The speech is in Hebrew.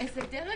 דרג